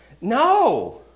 no